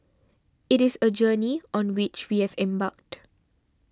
it is a journey on which we have embarked